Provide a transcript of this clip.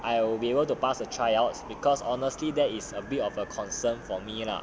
I will be able to pass the trial because honestly that is a bit of a concern for me lah